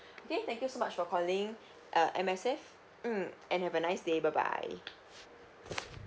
okay thank you so much for calling uh M_S_F mm and have a nice day bye bye